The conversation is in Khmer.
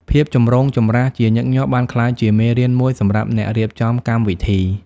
ភាពចម្រូងចម្រាសជាញឹកញាប់បានក្លាយជាមេរៀនមួយសម្រាប់អ្នករៀបចំកម្មវិធី។